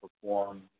perform